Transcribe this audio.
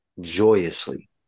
joyously